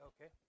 Okay